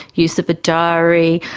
use of a diary,